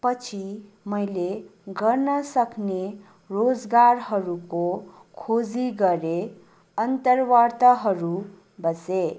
पछि मैले गर्न सक्ने रोजगारहरूको खोजी गरेँ अन्तर्वार्ताहरू बसेँ